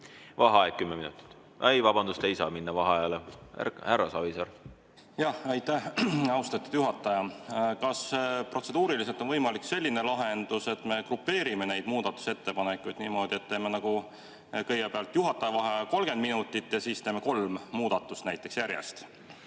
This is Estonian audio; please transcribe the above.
Vaheaeg kümme minutit. Vabandust, ei saa minna vaheajale! Härra Savisaar. Aitäh, austatud juhataja! Kas protseduuriliselt on võimalik selline lahendus, et me grupeerime neid muudatusettepanekuid niimoodi, et teeme kõigepealt juhataja vaheaja 30 minutit ja siis teeme kolm muudatust järjest?